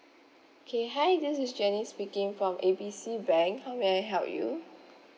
okay hi this is janice speaking from A B C bank how may I help you